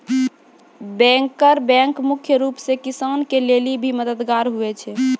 banker bank मुख्य रूप से किसान के लेली भी मददगार हुवै छै